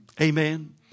Amen